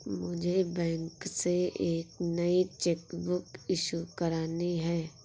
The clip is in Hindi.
मुझे बैंक से एक नई चेक बुक इशू करानी है